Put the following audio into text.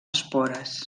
espores